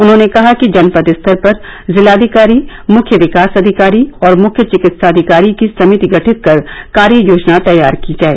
उन्होंने कहा कि जनपद स्तर पर जिलाधिकारी मुख्य विकास अधिकारी और मुख्य विकित्साधिकारी की समिति गठित कर कार्ययोजना तैयार की जाए